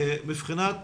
מבחינת